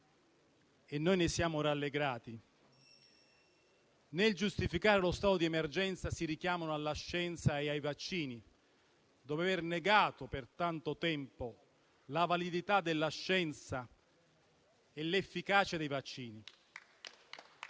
e noi ne siamo rallegrati - nel giustificare lo stato di emergenza si richiamano alla scienza e ai vaccini, dopo aver negato per tanto tempo la validità della scienza e l'efficacia dei vaccini.